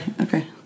Okay